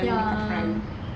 ya